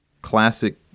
classic